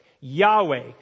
Yahweh